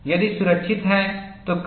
यदि सुरक्षित है तो कब तक